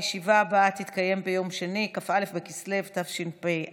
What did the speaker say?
הישיבה הבאה תתקיים ביום שני, כ"א בכסלו התשפ"א,